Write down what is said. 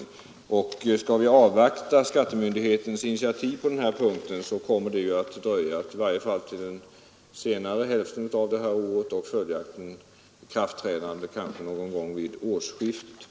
Skall vi avvakta skattemyndighetens initiativ kommer detta att dröja i varje fall till den senare hälften av detta år och följaktligen ett ikraftträdande någon gång vid årsskiftet.